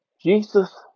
Jesus